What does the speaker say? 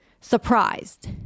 surprised